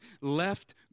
left